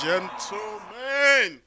Gentlemen